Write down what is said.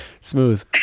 smooth